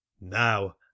now